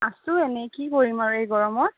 আছো এনেই কি কৰিম আৰু এই গৰমত